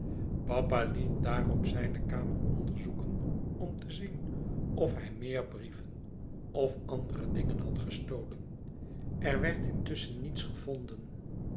papa liet daarop zijne kamer onderzoeken om te zien of hij meer brieven of andere dingen had gestolen er werd intusschen niets gevonden